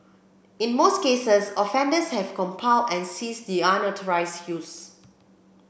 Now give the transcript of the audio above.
in most cases offenders have complied and ceased the unauthorised use